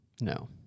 No